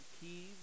keys